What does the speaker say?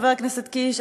חבר הכנסת קיש,